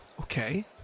Okay